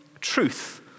truth